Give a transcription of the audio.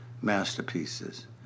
masterpieces